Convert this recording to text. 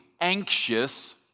anxious